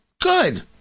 Good